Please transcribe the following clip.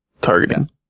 targeting